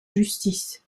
justice